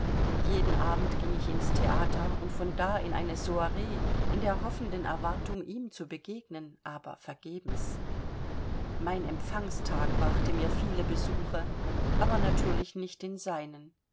jeden abend ging ich ins theater und von da in eine soire in der hoffenden erwartung ihm zu begegnen aber vergebens mein empfangstag brachte mir viele besuche aber natürlich nicht den seinen